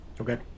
Okay